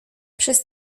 przez